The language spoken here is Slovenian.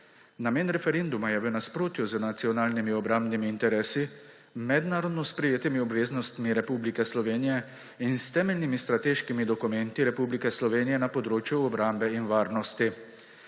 Namen referenduma je v nasprotju z nacionalnimi obrambnimi interesi, mednarodno sprejetimi obveznostmi Republike Slovenije in s temeljnimi strateškimi dokumenti Republike Slovenije na področju obrambe in varnosti.